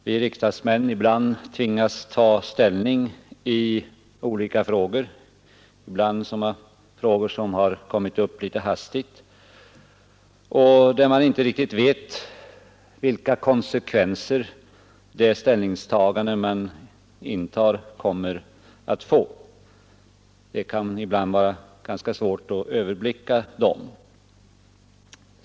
Vi riksdagsmän tvingas ta ställning i olika frågor, ibland i sådana som kommit upp litet hastigt och där man inte riktigt vet vilka konsekvenser ens ställningstagande kommer att få. Det kan stundom vara ganska svårt att överblicka dem.